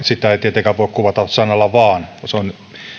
sitä ei tietenkään voi kuvata sanalla vain vain sehän on